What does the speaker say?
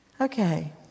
Okay